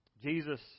Jesus